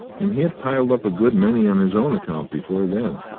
and he had piled up a good many on his own account before then,